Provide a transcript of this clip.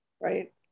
right